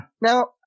Now